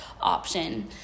option